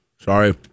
sorry –